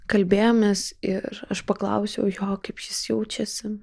kalbėjomės ir aš paklausiau jo kaip jis jaučiasi